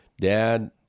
dad